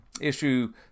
Issue